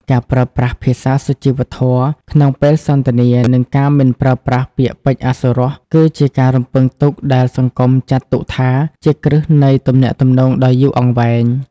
ការប្រើប្រាស់ "ភាសាសុជីវធម៌" ក្នុងពេលសន្ទនា និងការមិនប្រើប្រាស់ពាក្យពេចន៍អសុរស គឺជាការរំពឹងទុកដែលសង្គមចាត់ទុកថាជាគ្រឹះនៃទំនាក់ទំនងដ៏យូរអង្វែង។